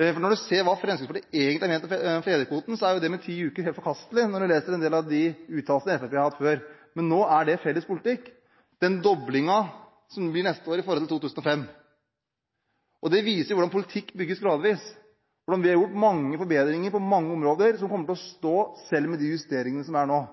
Når du ser hva Fremskrittspartiet egentlig mente om fedrekvoten, er det med ti uker helt forkastelig, når du leser en del av de uttalelsene Fremskrittspartiet har hatt før. Men nå er den doblingen som blir neste år i forhold til 2005, felles politikk. Det viser hvordan politikk bygges gradvis, hvordan vi har gjort mange forbedringer på mange områder som kommer til å stå, selv med de justeringene som er nå.